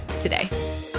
today